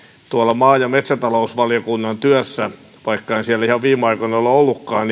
tuolla maa ja metsätalousvaliokunnan työssä vaikka en siellä ihan viime aikoina ole ollutkaan